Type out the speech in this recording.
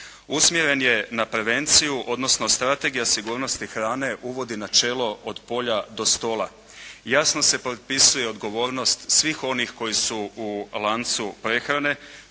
Usmjeren je na prevenciju, odnosno Strategija sigurnosti hrane uvodi načelo od polja do stola. Jasno se propisuje odgovornost svih onih koji su u lancu prehrane,